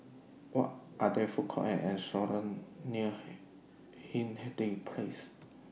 Are There Food Courts Or restaurants near Hindhede Place